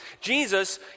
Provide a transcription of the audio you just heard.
Jesus